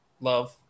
Love